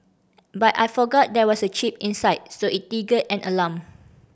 but I forgot there was a chip inside so it an alarm